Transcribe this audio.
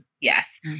Yes